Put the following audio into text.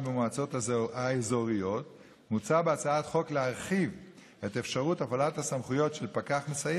במהלך תקופה זו ימשיכו גורמי המקצוע הרלוונטיים לבחון את הסדרי